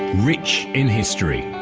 rich in history,